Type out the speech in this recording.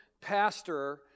pastor